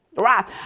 Right